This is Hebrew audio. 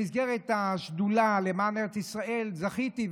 במסגרת השדולה למען ארץ ישראל זכיתי,